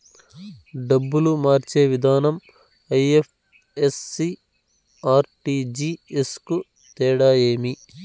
డబ్బులు మార్చే విధానం ఐ.ఎఫ్.ఎస్.సి, ఆర్.టి.జి.ఎస్ కు తేడా ఏమి?